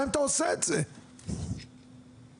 בוודאי אתה יודע שאנחנו בוחנים אפשרות הקמת